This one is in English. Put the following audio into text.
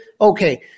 Okay